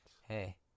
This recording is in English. hey